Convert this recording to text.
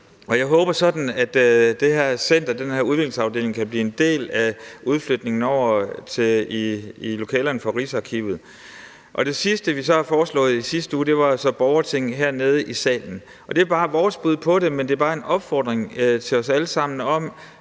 den her udviklingsafdeling, kan blive en del af udflytningen over til lokalerne i Rigsarkivet. Det sidste, vi har foreslået hernede i salen i sidste uge, var så Borgertinget, og det er bare vores bud på det, men det er bare en opfordring til os alle sammen om,